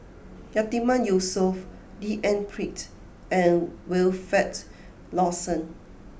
Yatiman Yusof D N Pritt and Wilfed Lawson